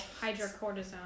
Hydrocortisone